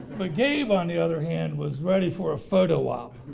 but gabe on the other hand was ready for a photo op.